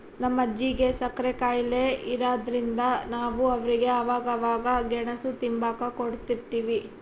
ನಮ್ ಅಜ್ಜಿಗೆ ಸಕ್ರೆ ಖಾಯಿಲೆ ಇರಾದ್ರಿಂದ ನಾವು ಅವ್ರಿಗೆ ಅವಾಗವಾಗ ಗೆಣುಸು ತಿಂಬಾಕ ಕೊಡುತಿರ್ತೀವಿ